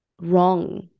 wrong